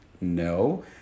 No